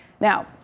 Now